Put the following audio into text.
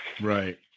Right